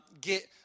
get